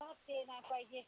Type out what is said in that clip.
ते नाही पाहिजे